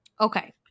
Okay